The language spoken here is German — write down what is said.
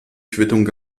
quittung